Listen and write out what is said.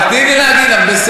אבל תני לי להגיד לך.